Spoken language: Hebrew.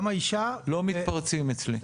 לא מתפרצים אצלי.